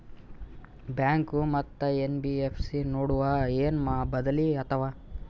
Bank ಮತ್ತ NBFC ನಡುವ ಏನ ಬದಲಿ ಆತವ?